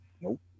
Nope